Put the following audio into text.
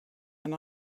and